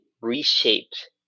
reshaped